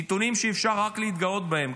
נתונים שאפשר רק להתגאות בהם,